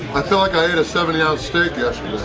i feel like i did a seventy on steak!